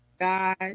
God